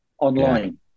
online